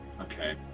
Okay